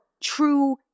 true